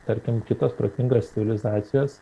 tarkim kitos protingas civilizacijos